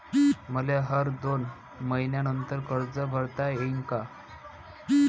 मले हर दोन मयीन्यानंतर कर्ज भरता येईन का?